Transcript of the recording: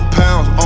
pounds